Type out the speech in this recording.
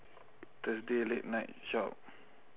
thursday late night shop